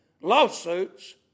lawsuits